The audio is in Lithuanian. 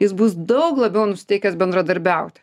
jis bus daug labiau nusiteikęs bendradarbiauti